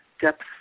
depth